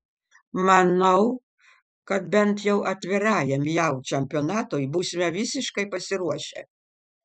manau kad bent jau atvirajam jav čempionatui būsime visiškai pasiruošę